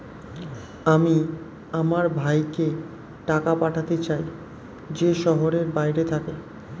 আমি আমার ভাইকে টাকা পাঠাতে চাই যে শহরের বাইরে থাকে